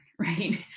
Right